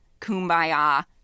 kumbaya